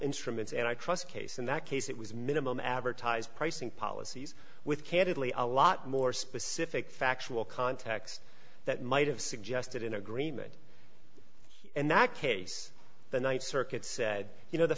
instruments and i trust case in that case it was minimum advertised pricing policies with candidly a lot more specific factual context that might have suggested in agreement in that case the th circuit said you know the